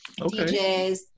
DJs